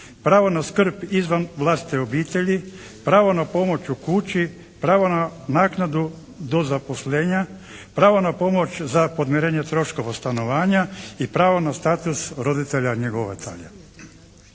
pravo na skrb izvan vlastite obitelji, pravo na pomoć u kući, pravo na naknadu do zaposlenja, pravo na pomoć za podmirenje troškova stanovanja i pravo na status roditelja njegovatelja.